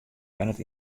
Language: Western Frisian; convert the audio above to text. wennet